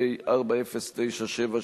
פ/4097/18,